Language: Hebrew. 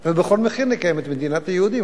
ובכל מחיר נקיים את מדינת היהודים,